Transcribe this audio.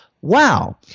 wow